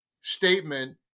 statement